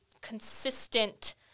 consistent